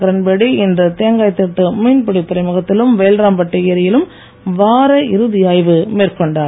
கிரண்பேடி இன்று தேங்காய்திட்டு மீன்பிடி துறைமுகத்திலும் வேல்ராம்பட்டு ஏரியிலும் வார இறுதி ஆய்வு மேற்கொண்டார்